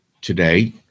today